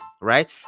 right